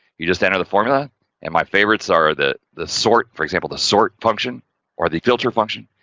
you just enter the formula and my favourites are the, the sort, for example, the sort function or the filter function.